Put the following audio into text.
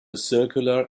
circular